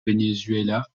venezuela